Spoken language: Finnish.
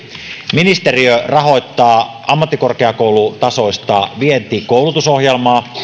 ministeriö rahoittaa ammattikorkeakoulutasoista vientikoulutusohjelmaa